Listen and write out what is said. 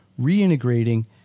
reintegrating